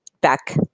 back